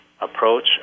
Approach